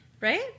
Right